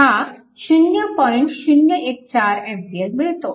014 A मिळतो